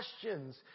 questions